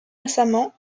récemment